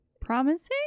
promising